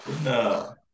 No